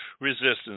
resistance